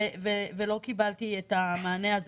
לא קיבלתי את המענה הזה.